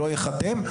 לא ייחתם,